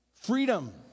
freedom